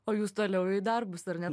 o jūs toliau į darbus dar ne